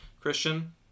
Christian